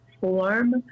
form